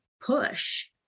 push